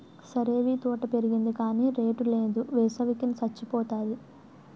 సరేవీ తోట పెరిగింది గాని రేటు నేదు, వేసవి కి సచ్చిపోతాంది